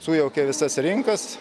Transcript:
sujaukė visas rinkas